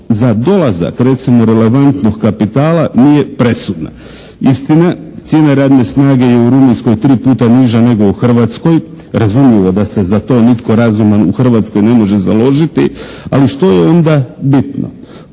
za dolazak recimo relevantnog kapitala nije presudna. Istina, cijena radne snage je u Rumunjskoj tri puta niža nego u Hrvatskoj, razumljivo da se za to nitko razuman u Hrvatskoj ne može založiti, ali što je onda bitno?